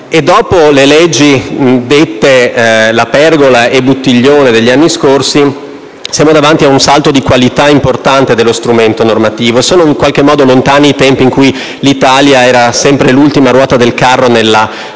Dopo le leggi La Pergola e Buttiglione degli anni scorsi, siamo davanti ad un salto di qualità importante dello strumento normativo. Sono in qualche modo lontani i tempi in cui l'Italia era sempre l'ultima ruota del carro nell'attuazione